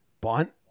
Bunt